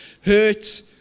hurt